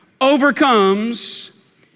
overcomes